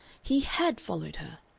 he had followed her!